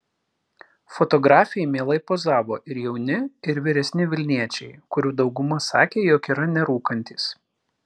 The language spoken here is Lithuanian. fotografei mielai pozavo ir jauni ir vyresni vilniečiai kurių dauguma sakė jog yra nerūkantys